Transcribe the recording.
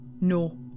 no